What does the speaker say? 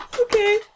Okay